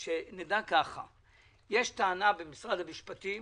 יש טענה במשרד המשפטים,